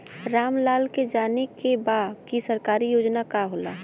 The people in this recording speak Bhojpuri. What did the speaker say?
राम लाल के जाने के बा की सरकारी योजना का होला?